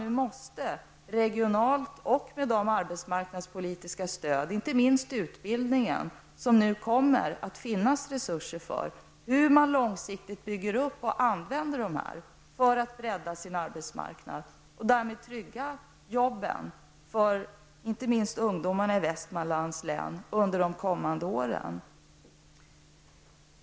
Man måste både regionalt och med hjälp av de arbetsmarknadspolitiska stödformer som finns, inte minst gäller det utbildningen, som det nu kommer att finnas resurser för, vara uppmärksam på hur man långsiktigt bygger upp och använder sina resurser för att bredda sin arbetsmarknad och därmed trygga jobben, inte minst för ungdomarna i Västmanlands län, under de kommande åren.